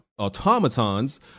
automatons